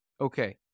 Okay